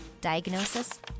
Diagnosis